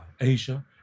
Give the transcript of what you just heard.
Asia